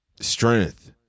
strength